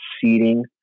seating